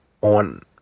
on